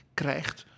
krijgt